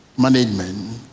management